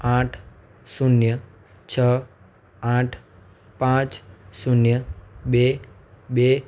આઠ શૂન્ય છ આઠ પાંચ શૂન્ય બે બે